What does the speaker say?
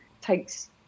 takes